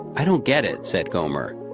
i don't get it, said gomer.